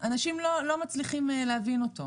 אבל אנשים לא מצליחים להבין אותו.